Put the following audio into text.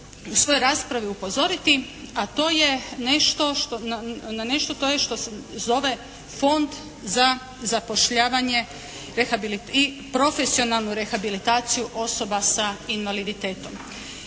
u svojoj raspravi upozoriti a to je nešto, na nešto to je što se zove Fond za zapošljavanje i profesionalnu rehabilitaciju osoba s invaliditetom.